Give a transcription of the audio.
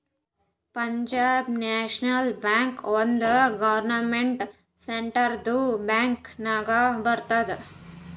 Punjab national bank ಒಂದ್ government ಸೆಕ್ಟರ್ದು bank ನಾಗ್ ಬರ್ತುದ್